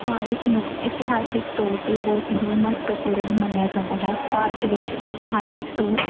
ਭਾਰਤ ਨੂੰ ਇਤਿਹਾਸਿਕ ਤੌਰ 'ਤੇ ਬਹੁਤ ਹੀ ਮਹੱਤਵਪੂਰਨ ਮੰਨਿਆ ਜਾਂਦਾ ਹੈ ਭਾਰਤ ਵਿੱਚ ਇਤਿਹਾਸਿਕ ਤੋਂ